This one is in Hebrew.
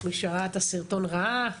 מי שראה את הסרטון ראה,